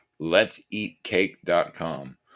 letseatcake.com